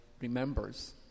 remembers